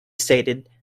stated